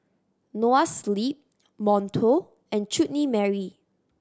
Noa Sleep Monto and Chutney Mary